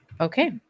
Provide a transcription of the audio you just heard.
okay